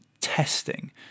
testing